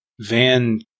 Van